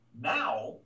now